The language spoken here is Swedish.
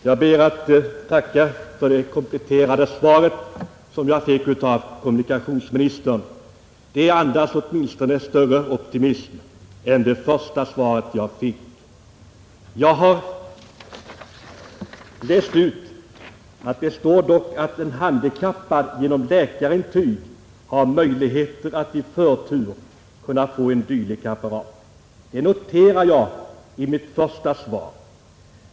Herr talman! Jag ber att få tacka för det kompletterande svar som jag fick av kommunikationsministern. Det andas åtminstone större optimism än det första svaret jag fick. Det står dock klart att en handikappad kan i bästa fall genom läkarintyg få en dylik apparat i förtur om det finns någon att få, och det noterade jag i mitt första anförande.